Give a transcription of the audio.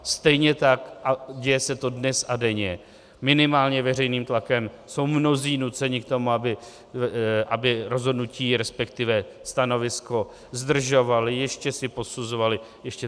Stejně tak, a děje se to dnes a denně, minimálně veřejným tlakem jsou mnozí nuceni k tomu, aby rozhodnutí resp. stanovisko zdržovali, ještě to posuzovali, ještě...